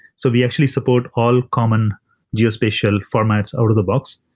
so we actually support all common geospatial formats out of the box.